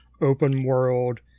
open-world